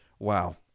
Wow